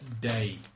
day